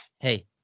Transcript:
Hey